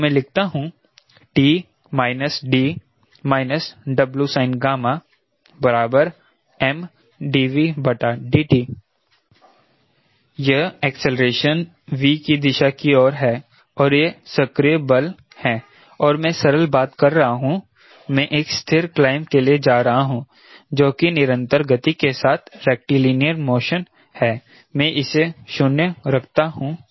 तो मैं लिखता हूं T D Wsin mdVdt यह एक्सेलेरेशन V की दिशा की ओर है और ये सक्रिय बल हैं और मैं सरल बात कह रहा हूं मैं एक स्थिर क्लाइंब के लिए जा रहा हूं जो कि निरंतर गति के साथ रेक्टिलिनियर मोशन है मैं इसे 0 रखता हूं